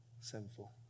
Sinful